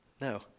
No